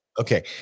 Okay